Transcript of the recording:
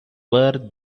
were